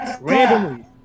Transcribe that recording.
randomly